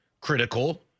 critical